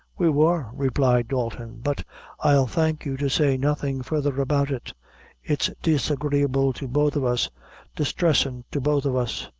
we were, replied dalton but i'll thank you to say nothing further about it it's disagreeable to both of us distressin' to both of us.